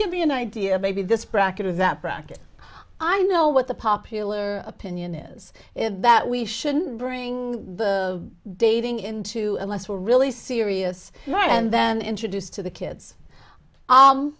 give me an idea maybe this bracket of that bracket i know what the popular opinion is that we shouldn't bring the dating into unless we're really serious and then introduce to the kids